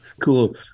cool